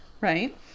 right